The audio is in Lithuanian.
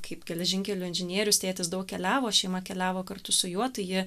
kaip geležinkelio inžinierius tėtis daug keliavo šeima keliavo kartu su juo tai ji